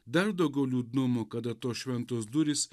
dar daugiau liūdnumo kada tos šventos durys